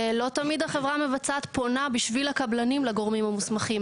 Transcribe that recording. לא תמיד החברה המבצעת פונה בשביל הקבלנים לגורמים המוסמכים.